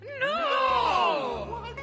No